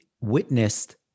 witnessed